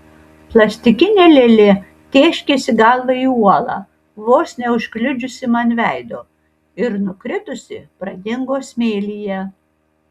plastikinė lėlė tėškėsi galva į uolą vos neužkliudžiusi man veido ir nukritusi pradingo smėlyje